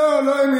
לא, לא האמין.